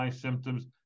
symptoms